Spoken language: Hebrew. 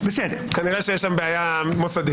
כנראה שיש שם בעיה מוסדית.